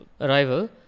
Arrival